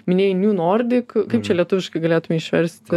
minėjai niūnordik kaip čia lietuviškai galėtume išversti